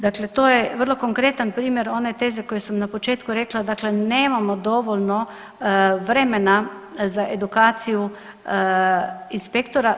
Dakle, to je vrlo konkretan primjer one teze koju sam na početku rekla, dakle nemamo dovoljno vremena za edukaciju inspektora.